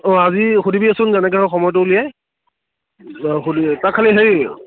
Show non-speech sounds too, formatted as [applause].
অঁ আজি সুধিবিচোন যেনেকৈ হওক সময়টো উলিয়াই [unintelligible] তাক খালী হেই